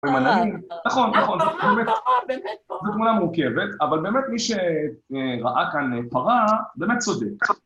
נכון, נכון, זו תמונה מורכבת, אבל באמת מי שראה כאן פרה באמת צודק.